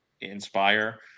inspire